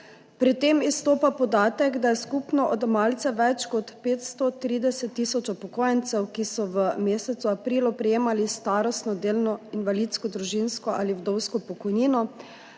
Pri tem izstopa podatek, da je skupno odjemalcev več kot 530 tisoč upokojencev, ki so v mesecu aprilu prejemali starostno, delno, invalidsko, družinsko ali vdovsko pokojnino,